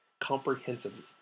Comprehensively